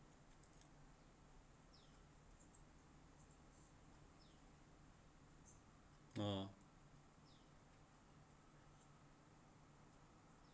oh